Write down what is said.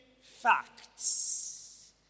facts